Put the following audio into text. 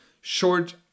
short